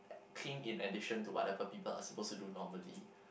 clean in addition to whatever people are supposed to do normally